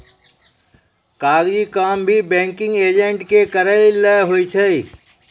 कागजी काम भी बैंकिंग एजेंट के करय लै होय छै